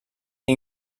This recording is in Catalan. que